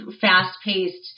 fast-paced